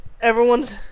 everyone's